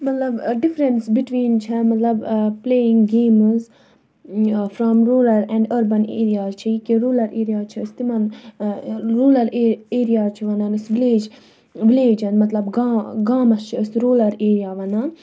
مطلب difference between چھےٚ مطلب playing games from rural and urban areas چھِ یہِ کہِ رولَر ایریاز چھِ أسۍ تِمَن لولَل ایریاز چھِ وَنان أسۍ وِلیج وِلیجَن مطلب گام گامَس چھِ أسۍ رولَر ایریا ونان